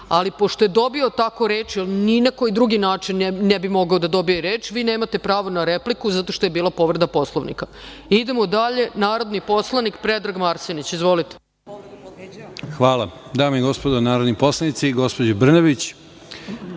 Pošto je dobio tako reč jer ni na koji drugi način ne bi mogao da dobije reč, vi nemate pravo na repliku zato što je bila povreda Poslovnika. Idemo dalje. Narodni poslanik Predrag Marsenić. Izvolite. **Predrag Marsenić** Hvala. Dame i gospodo narodni poslanici, gospođo Brnabić,